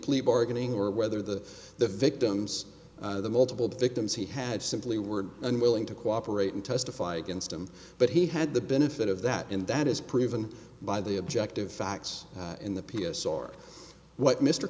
bargaining or whether the the victims of the multiple victims he had simply were unwilling to cooperate and testify against him but he had the benefit of that and that is proven by the objective facts in the p s or what mr